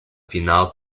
final